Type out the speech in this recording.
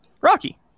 Rocky